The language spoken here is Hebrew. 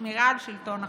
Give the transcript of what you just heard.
והשמירה על שלטון החוק.